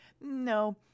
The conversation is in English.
No